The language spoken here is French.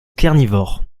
carnivore